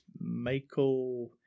Michael